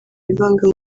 wivanga